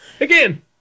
Again